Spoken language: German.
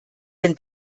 denn